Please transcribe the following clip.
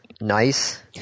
nice